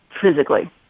physically